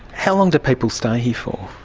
how long do people stay here for?